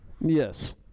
Yes